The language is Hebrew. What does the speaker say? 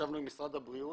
ישבנו עם משרד הבריאות